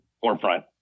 forefront